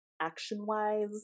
action-wise